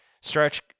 Stretch